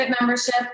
membership